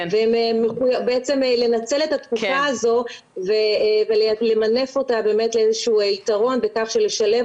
בעצם לנצל את התקופה הזו ולמנף אותה לאיזה שהוא יתרון כדי לשלב